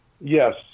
Yes